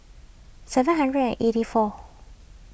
seven hundred and eighty four